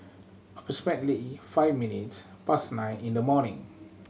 approximately five minutes past nine in the morning